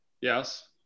Yes